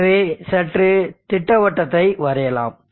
எனவே சுற்று திட்டவட்டத்தை வரையலாம்